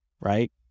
right